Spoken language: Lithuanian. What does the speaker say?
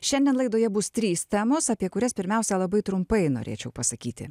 šiandien laidoje bus trys temos apie kurias pirmiausia labai trumpai norėčiau pasakyti